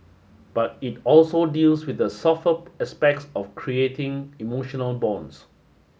but it also deals with the softer aspects of creating emotional bonds